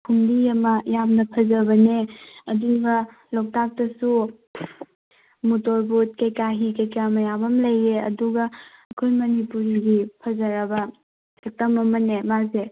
ꯐꯨꯝꯗꯤ ꯑꯃ ꯌꯥꯝꯅ ꯐꯖꯕꯅꯦ ꯑꯗꯨꯒ ꯂꯣꯛꯇꯥꯛꯇꯁꯨ ꯃꯣꯇꯣꯔ ꯕꯣꯠ ꯀꯩꯀꯥ ꯍꯤ ꯀꯩꯀꯥ ꯃꯌꯥꯝ ꯑꯃ ꯂꯩꯌꯦ ꯑꯗꯨꯒ ꯑꯩꯈꯣꯏ ꯃꯅꯤꯄꯨꯔꯤꯒꯤ ꯐꯖꯔꯕ ꯁꯛꯇꯝ ꯑꯃꯅꯦ ꯃꯥꯁꯦ